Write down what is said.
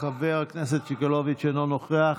אינו נוכח.